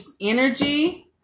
energy